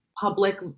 public